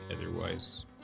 otherwise